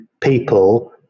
people